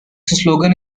slogan